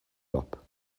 top